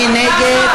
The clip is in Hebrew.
מי נגד?